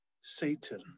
Satan